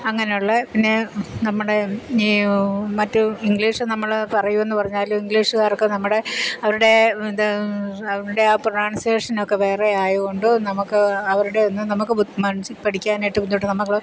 അങ്ങനെ ഉള്ള പിന്നെ നമ്മുടെ ഈ മറ്റ് ഇംഗ്ലീഷ് നമ്മൾ പറയുമെന്ന് പറഞ്ഞാലും ഇംഗ്ലീഷ്ക്കാർക്ക് നമ്മുടെ അവരുടെ എന്താ അവരുടെ ആ പ്രനൗൻസേഷൻ ഒക്കെ വേറെ ആയതുകൊണ്ട് നമുക്ക് അവരുടെ ഒന്നും നമുക്ക് മനസ്സിൽ പഠിക്കാനായിട്ട് ബുദ്ധിമുട്ട് നമുക്ക്